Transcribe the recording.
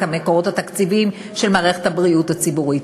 המקורות התקציביים של מערכת הבריאות הציבורית.